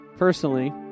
Personally